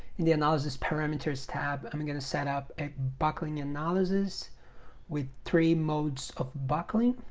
in the analysis parameters tab i'm going to set up a buckling analysis with three modes of buckling